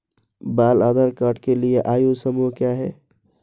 बाल आधार कार्ड के लिए आयु समूह क्या है?